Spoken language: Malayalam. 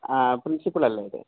ആ പ്രിൻസിപ്പൽ അല്ലേ ഇത്